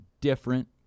different